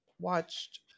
watched